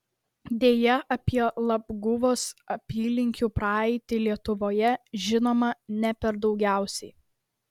deja apie labguvos apylinkių praeitį lietuvoje žinoma ne per daugiausiai